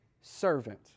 servant